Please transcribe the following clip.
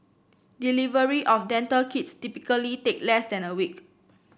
delivery of dental kits typically take less than a week